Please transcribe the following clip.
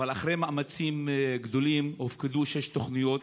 אבל אחרי מאמצים גדולים הופקדו שש תוכניות,